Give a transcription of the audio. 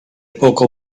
poco